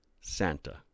Santa